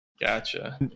Gotcha